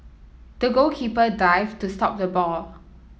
the goalkeeper dived to stop the ball